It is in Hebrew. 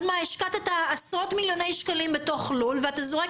השקעת עשרות מיליוני שקלים בתוך לול ואתה זורק